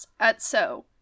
atso